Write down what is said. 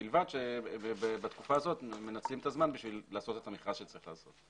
ובלבד שבתקופה הזאת מנצלים את הזמן בשביל לעשות את המכרז שצריך לעשות.